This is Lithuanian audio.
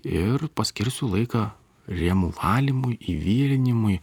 ir paskirsiu laiką rėmų valymui įvirinimui